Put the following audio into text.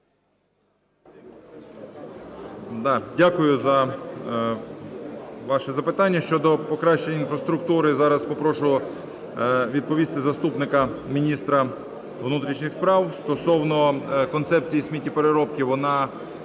Дякую за ваші запитання. Щодо покращення інфраструктури зараз попрошу відповісти заступника міністра внутрішніх справ. Стосовно концепції сміттєпереробки,